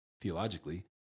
theologically